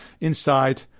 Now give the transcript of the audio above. inside